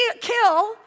kill